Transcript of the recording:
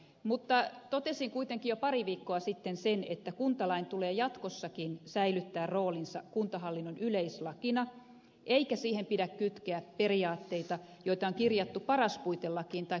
mutta totesin kuitenkin jo pari viikkoa sitten sen että kuntalain tulee jatkossakin säilyttää roolinsa kuntahallinnon yleislakina eikä siihen pidä kytkeä periaatteita joita on kirjattu paras puitelakiin tai kuntajakolakiin